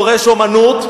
דורש אמנות,